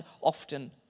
often